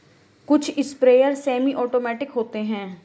कुछ sprayer semi automatic होते हैं